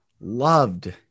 loved